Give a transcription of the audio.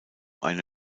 eine